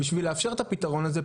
בשביל לאפשר את הפתרון הזה,